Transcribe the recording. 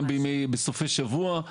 גם בסופי שבוע.